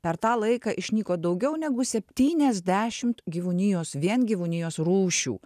per tą laiką išnyko daugiau negu septyniasdešimt gyvūnijos vien gyvūnijos rūšių